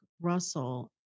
Russell